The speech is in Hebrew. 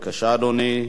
מזל טוב.